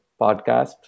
podcast